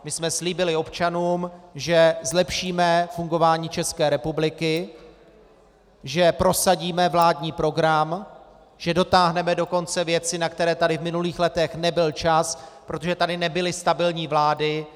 My jsme slíbili občanům, že zlepšíme fungování České republiky, že prosadíme vládní program, že dotáhneme do konce věci, na které tady v minulých letech nebyl čas, protože tady nebyly stabilní vlády.